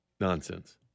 nonsense